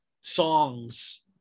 songs